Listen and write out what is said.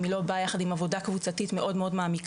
היא לא באה יחד עם עבודה קבוצתית מאוד מעמיקה.